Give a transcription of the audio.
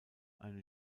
eine